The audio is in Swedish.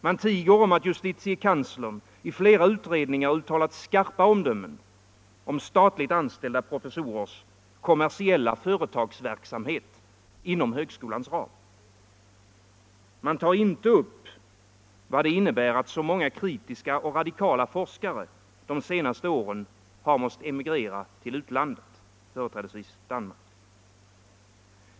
Man tiger om att justitiekanslern i flera utredningar uttalat skarpa omdömen om statligt anställda professorers kommersiella företagsverksamhet inom högskolans ram. Man tar inte upp vad det innebär att så många kritiska och radikala forskare de senaste åren har måst emigrera till utlandet, företrädesvis Danmark.